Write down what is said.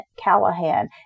Callahan